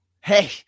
Hey –